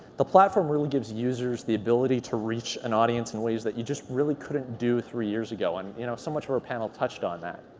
the platform really gives users the ability to reach an audience in ways that you just really couldn't do three years ago, and you know so much of our panel touched on that.